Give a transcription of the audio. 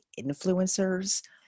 influencers